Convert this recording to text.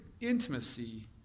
intimacy